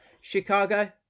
Chicago